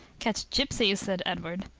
catch gipsy, said edward.